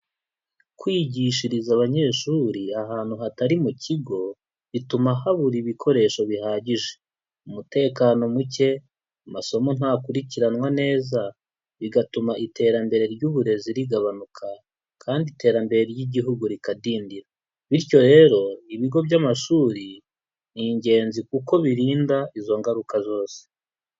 Kwigishiriza abanyeshuri ahantu hatari mu kigo, bituma habura ibikoresho bihagije. Umutekano muke, amasomo ntakurikiranwa neza, bigatuma iterambere ry'uburezi rigabanuka kandi iterambere ry'igihugu rikadindira. Bityo rero ibigo by'amashuri ni ingenzi kuko birinda izo ngaruka zose.